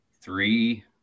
three